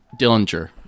dillinger